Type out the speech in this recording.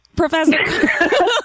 Professor